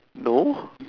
no